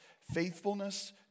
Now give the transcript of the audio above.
faithfulness